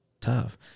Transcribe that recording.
tough